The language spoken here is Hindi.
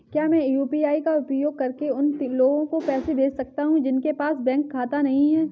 क्या मैं यू.पी.आई का उपयोग करके उन लोगों को पैसे भेज सकता हूँ जिनके पास बैंक खाता नहीं है?